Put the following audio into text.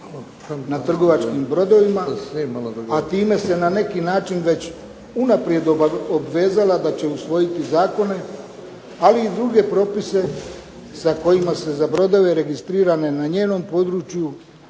na trgovačkim brodovima, a time se na neki način unaprijed obvezala da će usvojiti zakone, ali i druge propise sa kojima se za brodove registrirane na njenom području